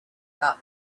about